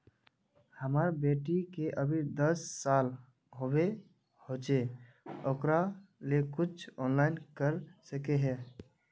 हमर बेटी के अभी दस साल होबे होचे ओकरा ले कुछ ऑनलाइन कर सके है?